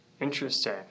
interesting